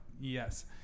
yes